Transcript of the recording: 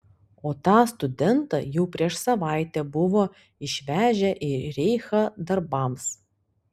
o tą studentą jau prieš savaitę buvo išvežę į reichą darbams